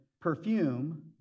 perfume